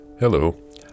Hello